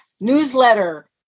newsletter